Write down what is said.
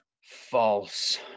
false